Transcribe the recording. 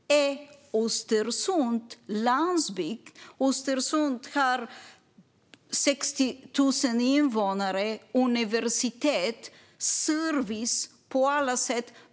Är Östersund landsbygd? Östersund har 60 000 invånare, universitet och service på alla sätt.